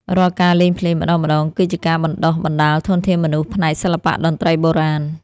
រាល់ការលេងភ្លេងម្ដងៗ គឺជាការបណ្ដុះបណ្ដាលធនធានមនុស្សផ្នែកសិល្បៈតន្ត្រីបុរាណ។